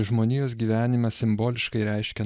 žmonijos gyvenime simboliškai reiškia